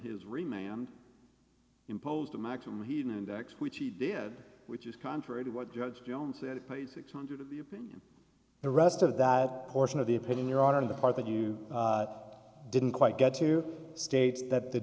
his remains and impose the maximum heat index which he did which is contrary to what judge jones said it pays six hundred of the opinion the rest of that portion of the opinion lot of the part that you didn't quite get to states that the